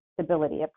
stability